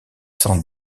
sans